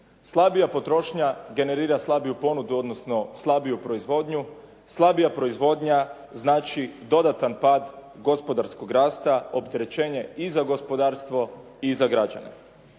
slabija potrošnja generira slabiju ponudu, odnosno slabiju proizvodnju, slabija proizvodnja znači dodatan pad gospodarskog rasta, opterećenje i za gospodarstvo i za građane.